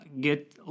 Get